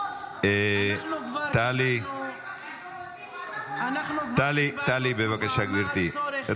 אנחנו כבר קיבלנו תשובה מה הצורך --- ועדת חקירה --- לא,